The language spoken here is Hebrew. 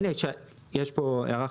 אני יושבת הראש